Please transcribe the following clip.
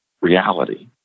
reality